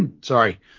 Sorry